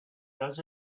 does